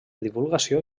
divulgació